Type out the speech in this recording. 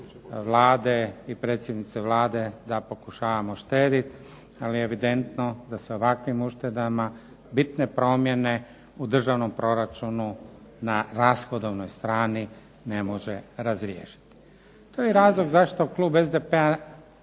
Vlade i predsjednice Vlade da pokušavamo štediti. Ali je evidentno da se ovakvim uštedama bitne promjene u državnom proračunu na rashodovnoj strani ne može razriješiti. To je i razlog zašto klub SDP-a